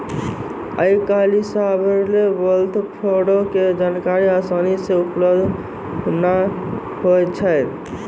आइ काल्हि sovereign wealth फंडो के जानकारी असानी से उपलब्ध नै होय छै